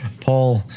Paul